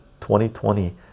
2020